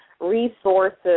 resources